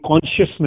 consciousness